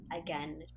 again